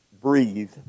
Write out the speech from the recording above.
breathe